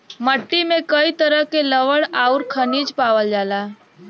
मट्टी में कई तरह के लवण आउर खनिज पावल जाला